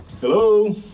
Hello